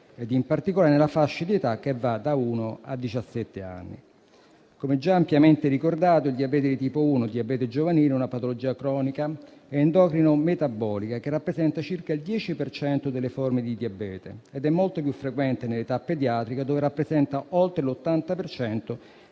in particolare nella fascia di età che va da uno a diciassette anni. Come già ampiamente ricordato, il diabete tipo 1, il diabete giovanile, è una patologia cronica endocrino-metabolica che rappresenta circa il 10 per cento delle forme di diabete ed è molto più frequente nell'età pediatrica, dove rappresenta oltre l'80